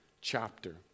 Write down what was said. chapter